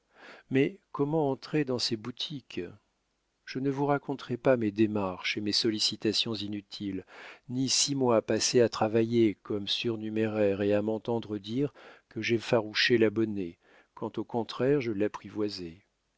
mais comment entrer dans ces boutiques je ne vous raconterai pas mes démarches et mes sollicitations inutiles ni six mois passés à travailler comme surnuméraire et à m'entendre dire que j'effarouchais l'abonné quand au contraire je l'apprivoisais